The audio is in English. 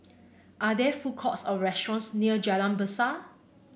are there food courts or restaurants near Jalan Besar